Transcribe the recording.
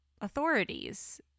authorities